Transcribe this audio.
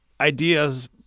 ideas